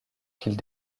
qu’ils